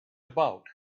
about